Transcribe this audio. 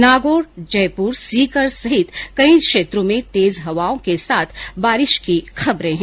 नागौर जयपुर सीकर सहित कई क्षेत्रों में तेज हवाओं के साथ बारिश की खबरे हैं